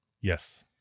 Yes